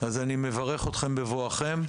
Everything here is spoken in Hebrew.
אז אני מברך אתכם בבואכם.